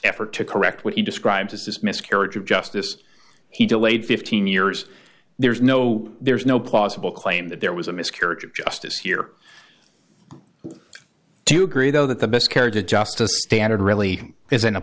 effort to correct what he describes as this miscarriage of justice he delayed fifteen years there's no there's no plausible claim that there was a miscarriage of justice here do you agree though that the best care did just a standard really isn't a